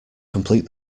complete